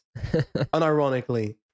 Unironically